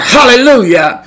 Hallelujah